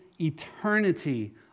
eternity